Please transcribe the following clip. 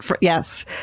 Yes